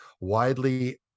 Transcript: widely